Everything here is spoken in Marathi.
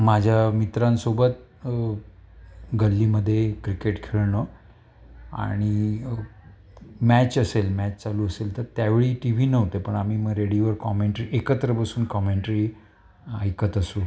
माझ्या मित्रांसोबत गल्लीमधे क्रिकेट खेळणं आणि मॅच असेल मॅच चालू असेल तर त्यावेळी टी व्ही नव्हते पण आम्ही मग रेडिओवर कॉमेंटरी एकत्र बसून कॉमेंटरी ऐकत असू